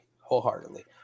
wholeheartedly